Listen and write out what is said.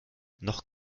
noch